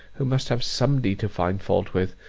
who must have somebody to find fault with,